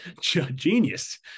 genius